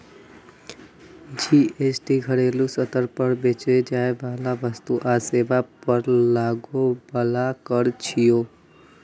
GST घरेलू स्तर पर बेचल जाइ बला वस्तु आ सेवा पर लागै बला कर छियै